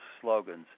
slogans